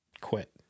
quit